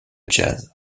jazz